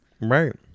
Right